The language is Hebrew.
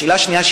השאלה השנייה,